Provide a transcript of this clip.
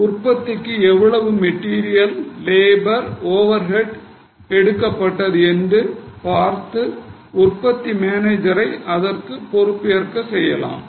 எனவே உற்பத்திக்கு எவ்வளவு மெட்டீரியல் லெபர் ஓவர் ஹெட் எடுக்கப்பட்டது என்று பார்த்து உற்பத்தி மேனேஜரை அதற்கு ஏற்கலாம்